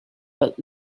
but